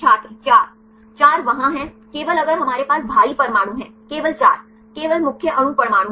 छात्र 4 चार वहाँ है केवल अगर हमारे पास भारी परमाणु हैं केवल 4 केवल मुख्य अणु परमाणु हैं